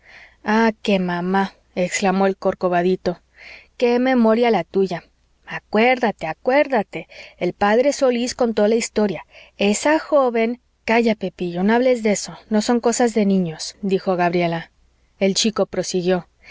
ah que mamá exclamó el corcovadito qué memoria la tuya acuérdate acuérdate el p solís contó la historia esa joven calla pepillo no hables de eso no son cosas de niños dijo gabriela el chico prosiguió